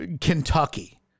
Kentucky